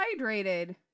hydrated